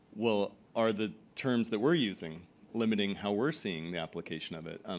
well, are the terms that we're using limiting how we're seeing the application of it?